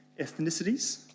ethnicities